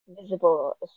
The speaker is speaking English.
visible